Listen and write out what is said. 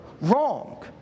wrong